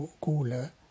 cooler